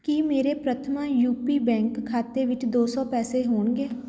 ਕੀ ਮੇਰੇ Prathama U P bank ਖਾਤੇ ਵਿੱਚ ਦੋ ਸੌ ਪੈਸੇ ਹੋਣਗੇ